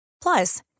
Plus